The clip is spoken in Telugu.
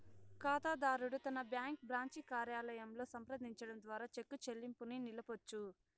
కాతాదారుడు తన బ్యాంకు బ్రాంచి కార్యాలయంలో సంప్రదించడం ద్వారా చెక్కు చెల్లింపుని నిలపొచ్చు